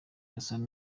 gasana